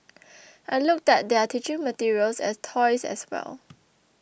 I looked at their teaching materials and toys as well